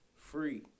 Free